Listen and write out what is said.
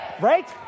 Right